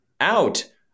Out